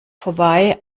vorbei